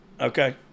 Okay